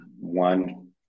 one